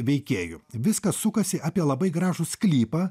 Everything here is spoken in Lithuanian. veikėjų viskas sukasi apie labai gražų sklypą